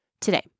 Today